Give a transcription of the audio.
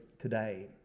today